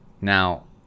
now